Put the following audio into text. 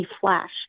flash